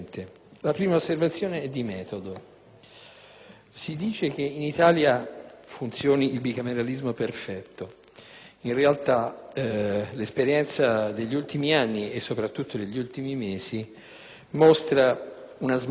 Si dice che in Italia funzioni il bicameralismo perfetto, ma in realtà l'esperienza degli ultimi anni e soprattutto degli ultimi mesi mostra una smagliatura all'interno di questa impostazione.